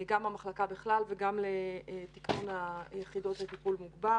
גם במחלקה בכלל וגם לתיקנון היחידות לטיפול מוגבר.